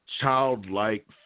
childlike